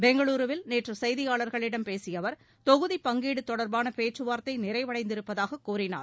பெங்களூருவில் நேற்று செய்தியாளர்களிடம் பேசிய அவர் தொகுதிப் பங்கீடு தொடர்பான பேச்சு வார்த்தை நிறைவடைந்திருப்பதாகக் கூறினார்